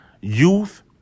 youth